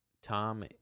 tom